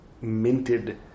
minted